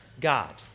God